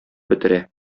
бетерә